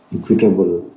equitable